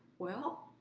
well,